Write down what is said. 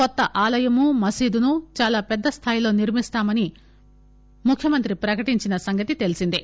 కొత్త ఆలయం మసీదును చాలా పెద్ద స్థాయిలో నిర్మిస్తామని ముఖ్యమంత్రి ప్రకటించిన సంగతి తెల్సిందే